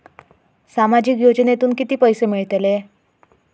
सामाजिक योजनेतून किती पैसे मिळतले?